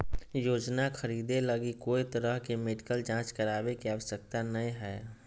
योजना खरीदे लगी कोय तरह के मेडिकल जांच करावे के आवश्यकता नयय हइ